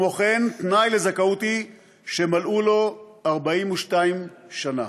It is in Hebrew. כמו כן, תנאי לזכאות הוא שמלאו לו 42 שנה,